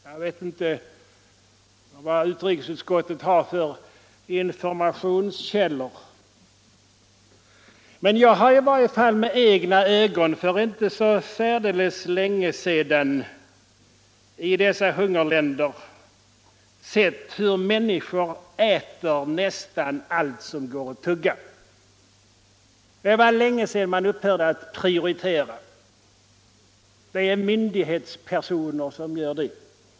Jag vet inte vilka informationskällor utrikesutskottet har, men jag har i varje fall med egna ögon för inte så särdeles länge sedan i dessa hungerländer sett hur människor äter nästan allt som går att tugga. Det var länge sedan man upphörde att prioritera. Det är myndighetspersoner som gör det.